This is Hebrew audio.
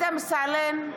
דוד אמסלם,